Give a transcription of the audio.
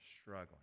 struggling